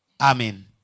Amen